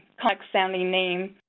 complex-sounding name.